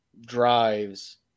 drives